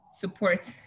support